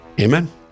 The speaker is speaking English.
Amen